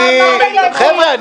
------ חבר'ה,